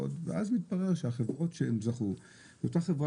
ואז מתברר שהחברות שזכו זה אותה חברה